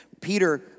Peter